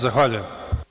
Zahvaljujem.